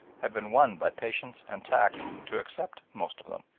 have been won by patience and tact to accept most of them.